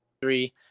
three